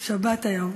שבת היום.